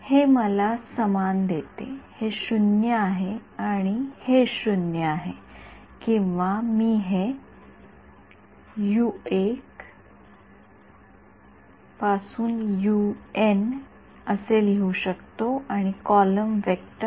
हे मला समान देते हे 0 आहे आणि हे 0 आहे किंवा मी हे असे लिहू शकतो आणि कॉलम वेक्टर